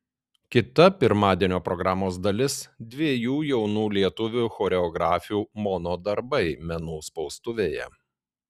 kita pirmadienio programos dalis dviejų jaunų lietuvių choreografių mono darbai menų spaustuvėje